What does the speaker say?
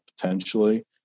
potentially